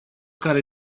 care